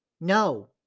no